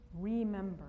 remember